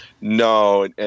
No